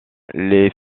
les